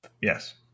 Yes